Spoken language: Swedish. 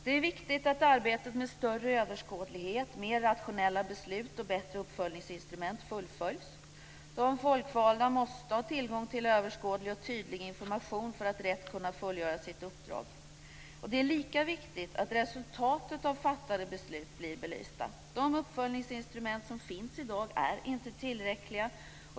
Det är viktigt att arbetet med större överskådlighet, mer rationella beslut och bättre uppföljningsinstrument fullföljs. De folkvalda måste ha tillgång till en överskådlig och tydlig information för att rätt kunna fullgöra sitt uppdrag. Det är lika viktigt att resultatet av fattade beslut blir belysta. De uppföljningsinstrument som finns i dag är inte tillräckliga.